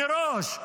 מראש,